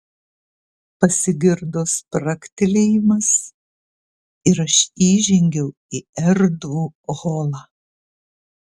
pasigirdo spragtelėjimas ir aš įžengiau į erdvų holą